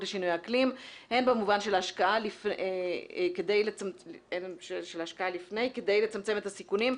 לשינויי אקלים הן במובן של ההשקעה לפני כדי לצמצם את הסיכונים,